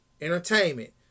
entertainment